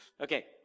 Okay